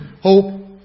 hope